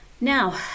Now